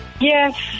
yes